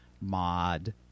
mod